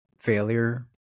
failure